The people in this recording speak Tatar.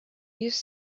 йөз